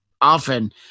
often